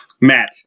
Matt